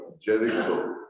Jericho